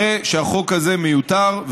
הרי שהחוק הזה מיותר,